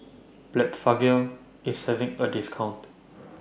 Blephagel IS having A discount